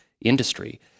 industry